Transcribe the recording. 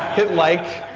hit like,